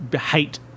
hate